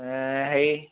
হেৰি